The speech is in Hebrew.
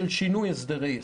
של שינוי הסדרי יסוד.